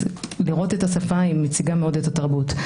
השפה מציגה מאוד את התרבות.